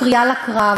אין בו קריאה לקרב,